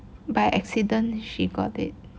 by accident she got it